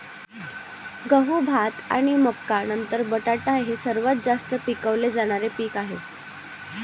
गहू, भात आणि मका नंतर बटाटा हे सर्वात जास्त पिकवले जाणारे पीक आहे